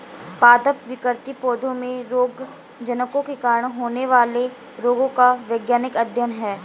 पादप विकृति पौधों में रोगजनकों के कारण होने वाले रोगों का वैज्ञानिक अध्ययन है